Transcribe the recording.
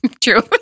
True